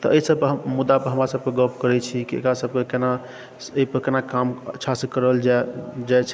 तऽ एहि सबपर हम मुद्दापर हमरा सबके गप करै छी कि एकरा सबके केना एहिपर कोना काम अच्छासँ करल जाइ छै